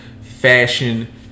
fashion